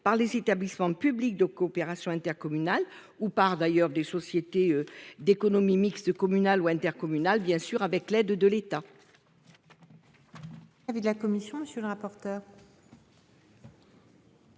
par les établissements publics de coopération intercommunale ou par des sociétés d'économie mixte communales ou intercommunales, bien sûr avec l'aide de l'État.